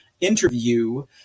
interview